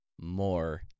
more